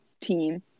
team